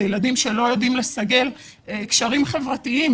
אלה ילדים שלא יודעים לסגל קשרים חברתיים